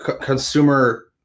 consumer